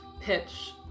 pitch